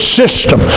system